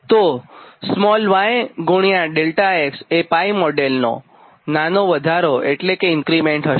તો yΔx એ 𝜋 મોડેલનું નાનો વધારો એટલે કે ઇન્ક્રીમેન્ટ હશે